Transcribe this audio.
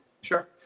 Sure